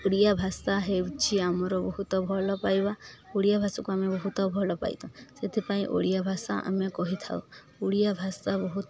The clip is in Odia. ଓଡ଼ିଆ ଭାଷା ହେଉଛି ଆମର ବହୁତ ଭଲ ପାଇବା ଓଡ଼ିଆ ଭାଷାକୁ ଆମେ ବହୁତ ଭଲ ପାଇଥାଉ ସେଥିପାଇଁ ଓଡ଼ିଆ ଭାଷା ଆମେ କହିଥାଉ ଓଡ଼ିଆ ଭାଷା ବହୁତ